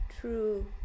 true